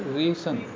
reason